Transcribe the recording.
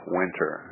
winter